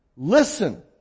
listen